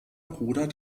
bruder